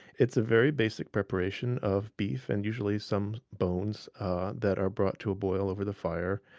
it's a very basic preparation of beef and usually some bones that are brought to a boil over the fire.